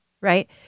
right